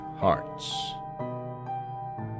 Hearts